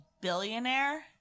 billionaire